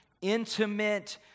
intimate